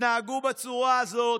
התנהגו בצורה הזאת